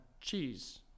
cheese